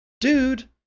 Dude